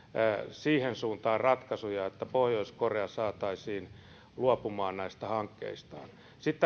siihen suuntaan ratkaisuja että pohjois korea saataisiin luopumaan näistä hankkeistaan sitten